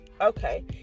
okay